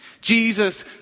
Jesus